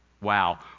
Wow